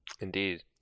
Indeed